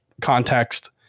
Context